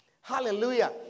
Hallelujah